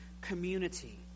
community